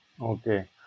Okay